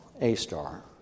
A-star